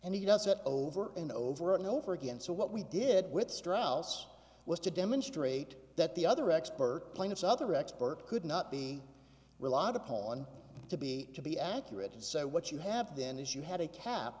and he does it over and over and over again so what we did with strauss was to demonstrate that the other expert plaintiffs other experts could not be relied upon to be to be accurate and say what you have then is you had a cap